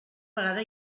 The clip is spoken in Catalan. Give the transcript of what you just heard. vegada